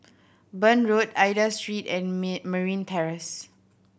Burn Road Aida Street and me Marine Terrace